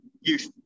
youth